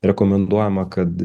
rekomenduojama kad